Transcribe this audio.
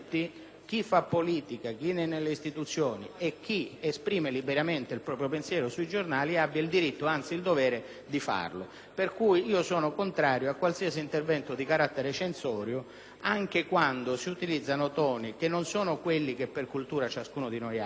ragione sono contrario a qualsiasi intervento di carattere censorio, anche quando si utilizzano toni che non sono quelli che per cultura appartengono a ciascuno di noi e quando sono eccessivi, ma mi piacerebbe che si utilizzasse lo stesso metro e la stessa misura per tutti.